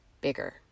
bigger